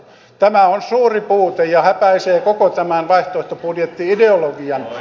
tämä on suuri puute ja häpäisee koko tämän vaihtoehtobudjetti ideologian